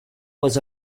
was